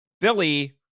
Billy